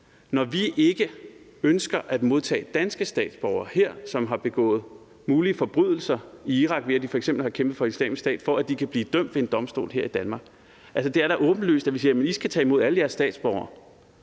når vi ikke ønsker at modtage danske statsborgere her, som har begået mulige forbrydelser i Irak, ved at de f.eks. har kæmpet for Islamisk Stat, for at de kan blive dømt ved en domstol her i Danmark. Altså, vi siger: I skal tage imod alle jeres statsborgere.